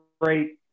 great